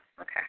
okay